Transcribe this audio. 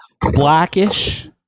Blackish